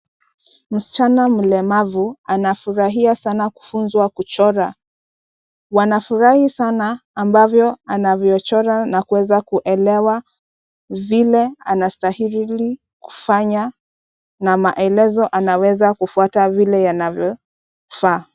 Msichana mlemavu anafurahia sana kufunzwa kuchora. Wanafurahi sana ambavyo anavyochora na kuweza kuelewa vile anastahili kufanya na maelezo anaweza kufuata vile yanavyofaa.